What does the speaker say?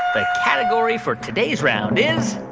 the category for today's round is.